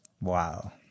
Wow